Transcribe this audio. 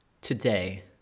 Today